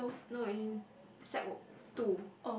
no in sec one two